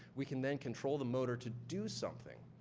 we can then control the motor to do something.